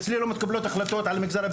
שניה,